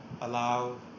allow